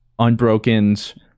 unbrokens